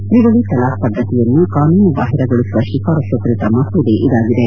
ತ್ರಿವಳಿ ತಲಾಖ್ ಪದ್ಗತಿಯನ್ನು ಕಾನೂನುಬಾಹಿರಗೊಳಿಸುವ ಶಿಫಾರಸ್ತು ಕುರಿತ ಮಸೂದೆ ಇದಾಗಿದೆ